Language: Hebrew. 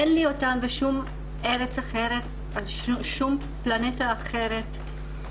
אין לי אותם בשום ארץ אחרת, בשום פלנטה אחרת.